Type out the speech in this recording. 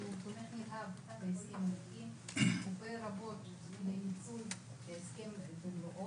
גם עם ביטוח לאומי וגם עם האוצר על מנת להגיע להסכם ומהר.